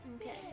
Okay